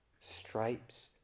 stripes